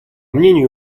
мнению